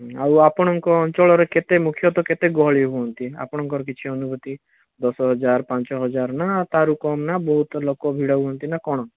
ଆଉ ଆପଣଙ୍କ ଅଞ୍ଚଳରେ ମୁଖ୍ୟତଃ କେତେ ଗହଳି ହୁଅନ୍ତି ଆପଣଙ୍କର କିଛି ଅନୁଭୂତି ଦଶ ହଜାର ପାଞ୍ଚ ହଜାର ନା ତା'ରୁ କମ୍ ନା ବହୁତ ଲୋକ ଭିଡ଼ ହୁଅନ୍ତି ନା କ'ଣ